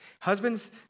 Husbands